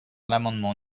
l’amendement